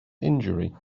injury